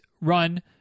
run